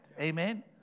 Amen